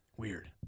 Weird